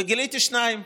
וגיליתי שניים.